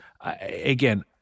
again